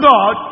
God